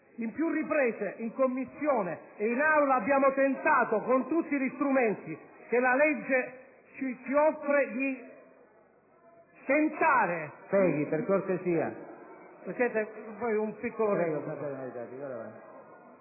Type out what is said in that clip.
A più riprese, in Commissione e in Aula, abbiamo tentato, con tutti gli strumenti che la legge ci offre, di